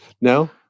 No